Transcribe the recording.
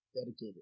Dedicated